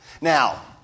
Now